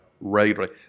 regularly